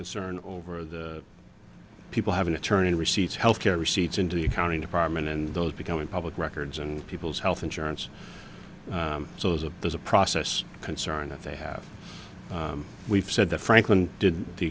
concern over the people having attorney receipts health care receipts into the accounting department and those becoming public records and people's health insurance so as a there's a process concern that they have we've said that franklin did the